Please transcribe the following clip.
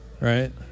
right